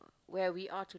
where we are to